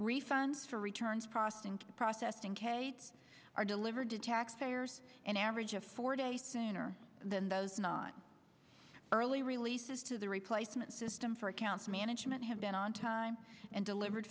refunds for returns processed and processed in cade's are delivered to taxpayers an average of four day sooner than those non early release is to the replacement system for accounts management have been on time and delivered